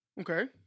Okay